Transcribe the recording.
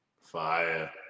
fire